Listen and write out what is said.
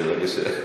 מתחבא?